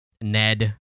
Ned